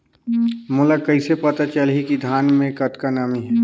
मोला कइसे पता चलही की धान मे कतका नमी हे?